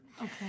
Okay